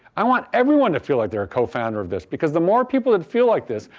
i want everyone to feel like they're a co-founder of this because the more people that feel like this,